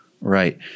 right